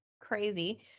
crazy